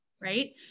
Right